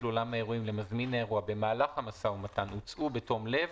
אולם האירועים למזמין האירוע במהלך המשא ומתן הוצעו בתום לב,